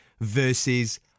versus